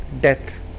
death